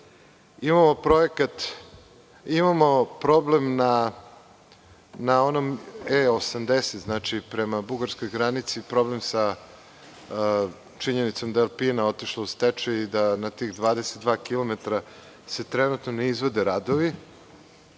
Imamo problem na E-80, prema bugarskoj granici, problem sa činjenicom da je „Alpina“ otišla u stečaj, da se na tih 22 kilometara trenutno ne izvode radovi